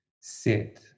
sit